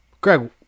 Greg